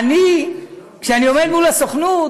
אני, כשאני עומד מול הסוכנות,